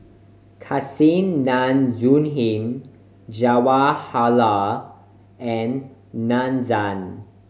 Kasinadhuni Jawaharlal and Nandan